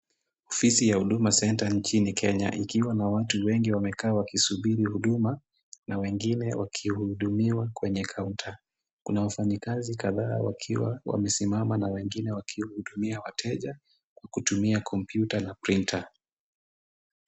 Ofisi ya Huduma Centre nchini Kenya, ikiwa na watu wengi wamekaa wakisubiri huduma na wengine wakihudumiwa kwenye kaunta. Kuna wafanyikazi kadhaa wakiwa wamesimama na wengine wakiwahudumia wateja kwa kutumia kompyuta na printer .